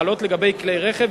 החלות על כלי רכב,